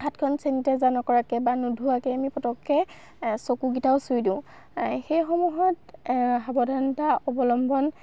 হাতখন চেনিটাইজাৰ নকৰাকৈ বা নুধোৱাকৈ আমি পটককে চকুকেইটাও চুই দিওঁ সেইসমূহত সাৱধানতা অৱলম্বন